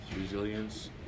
resilience